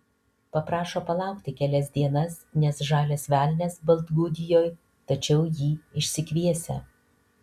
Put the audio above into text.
paprašo palaukti kelias dienas nes žalias velnias baltgudijoj tačiau jį išsikviesią